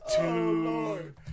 two